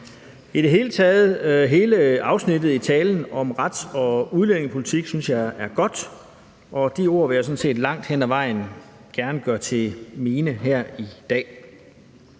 I det hele taget er hele afsnittet om rets- og udlændingepolitik i talen godt, og de ord vil jeg sådan set langt hen ad vejen gerne gøre til mine her i dag.